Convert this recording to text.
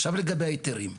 עכשיו, לגבי ההיתרים.